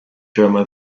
drummer